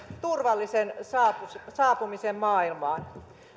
turvallisen saapumisen saapumisen maailmaan